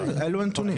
כן, אלה הנתונים.